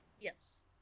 yes